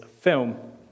film